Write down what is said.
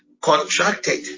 Contracted